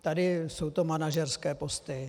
Tady jsou to manažerské posty.